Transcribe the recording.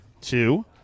two